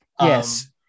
Yes